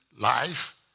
life